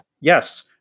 Yes